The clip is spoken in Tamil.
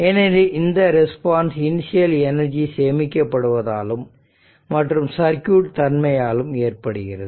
ஏனெனில் இந்த ரெஸ்பான்ஸ் இனிஷியல் எனர்ஜி சேமிக்கப்படுவதாலும் மற்றும் சர்க்யூட் தன்மையாலும் ஏற்படுகிறது